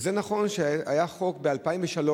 וזה נכון שהיה חוק ב-2003,